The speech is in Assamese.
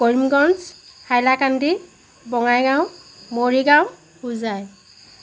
কৰিমগঞ্জ হাইলাকান্দি বঙাইগাঁও মৰিগাঁও হোজাই